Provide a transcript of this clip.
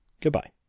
goodbye